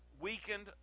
weakened